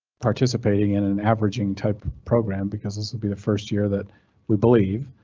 participating in an averaging type program because this will be the first year that we believe